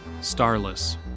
Starless